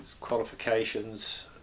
qualifications